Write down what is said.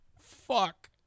fuck